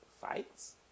Fights